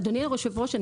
אדוני היושב-ראש,